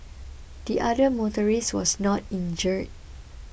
the other motorist was not injured